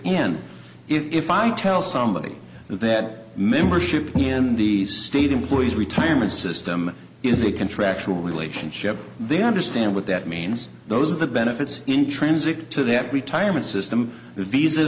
and if i tell somebody that membership in the state employees retirement system it is a contractual relationship they understand what that means those are the benefits in transit to that retirement system the visa